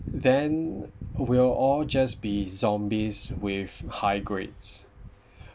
then we'll all just be zombies with high grades